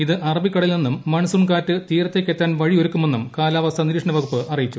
ഇത് അറബിക്കടലിൽ നിന്നും മൺസൂൺ കാറ്റ് തീരത്തേയ്ക്കെത്താൻ വഴിയൊരുക്കുമെന്നും കാലാവസ്ഥാ നിരീക്ഷണ വകുപ്പ് അറിയിച്ചു